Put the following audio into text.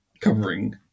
covering